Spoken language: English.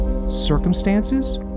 circumstances